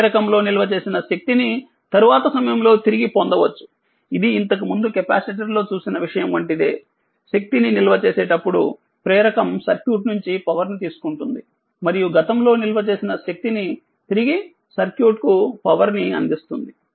ప్రేరకంలో నిల్వ చేసిన శక్తిని తరువాత సమయంలో తిరిగి పొందవచ్చు ఇది ఇంతకు ముందు కెపాసిటర్ లో చూసిన విషయం వంటిదే శక్తిని నిల్వ చేసేటప్పుడు ప్రేరకం సర్క్యూట్ నుంచి పవర్ ని తీసుకుంటుంది మరియు గతంలో నిల్వ చేసినశక్తినితిరిగి సర్క్యూట్కు పవర్ ని అందిస్తుంది